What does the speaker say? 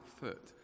foot